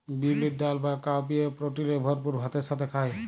বিউলির ডাল বা কাউপিএ প্রটিলের ভরপুর ভাতের সাথে খায়